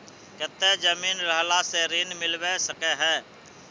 केते जमीन रहला से ऋण मिलबे सके है?